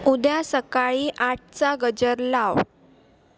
उद्या सकाळी आठचा गजर लाव